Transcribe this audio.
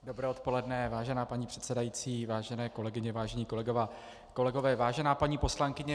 Dobré odpoledne, vážená paní předsedající, vážené kolegyně, vážení kolegové, vážená paní poslankyně.